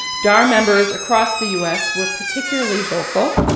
dar members across the u s. were particularly vocal,